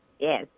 Yes